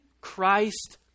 Christ